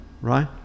right